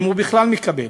אם הוא בכלל מקבל.